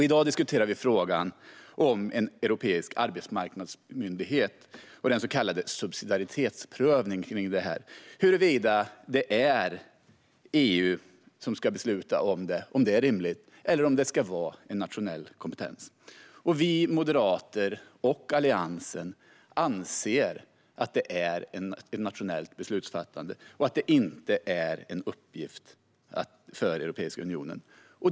I dag diskuterar vi frågan om en europeisk arbetsmarknadsmyndighet och den så kallade subsidiaritetsprövningen av denna och huruvida det är EU som ska besluta om det här är rimligt och om det ska vara en nationell kompetens. Vi moderater och Alliansen anser att det är ett nationellt beslutsfattande och att detta inte är en uppgift för Europeiska unionen.